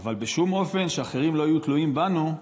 אבל בשום אופן שאחרים לא יהיו תלויים בנו,